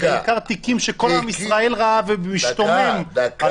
זה בעיקר תיקים שכל עם ישראל ראה ומשתומם על